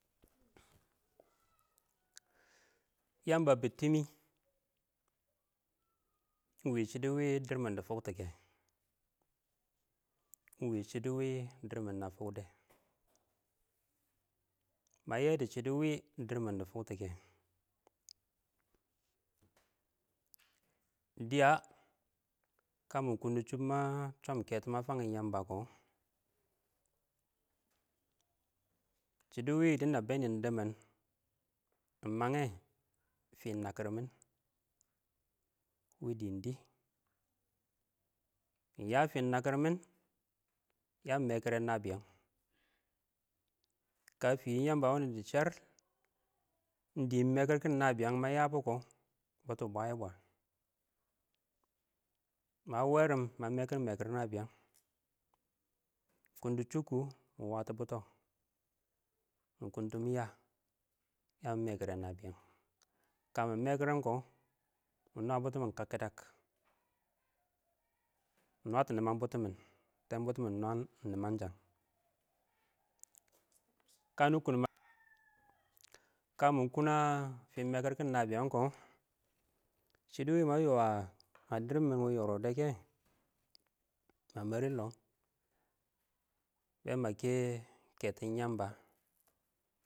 Yamba a bib timi ɪng wɪɪn shɪdo wɪɪn dɪrr mɪn dɪ fokte kɛ iɪng wɪɪn shidd wɪɪn dirmin na fokdɔ, mə yɛ dɪ shɪdɪ wɪ nɪndɪr mɪn dɪ fʊktʊ kɛ dɪyə kə mʊkʊm dɪ shob ma chob keto ma fangim yambakɔ shɪdo wɪɪn ma bɛn nɪndɪr mɪn ɪng mange ɪng fɪn nakɪr mɪn wɪ dɪɪn dɪn ya fɪn nəkɪr mɪn yə ɪn mɛkɪr nəbɪyən kə fɪn yəmbə wʊnʊ dɪ shell, ɪng dɪɪn meekir kiɪn nabiyang ma yabo kə butɔ bwaye bwa, ma weerim məmɛkɪr mɛkɪr nəbɪyən kamɪ kum dɪ chub kʊ mɪ watɔ butɔ mʊ kʊntʊ mɪyə ya mɪ yən mekir nabiyang, kə mɪ mekirin, kʊ mɪ nwa butɔ mɪn kankkudak mɪ nwa niman tɛɛn-butɔ mɪn mɪ nwan ɪng nimanjan kamɪ kunum a fɪn mekir kiɪn nabikang kʊ, shɪdɔ wɪɪn ma yo a dɪrr mɪn wɪɪn yɔrɔdɔkɛ ma mɛrɪ ɪng lɔ be ma kɛ katon yamba.